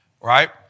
Right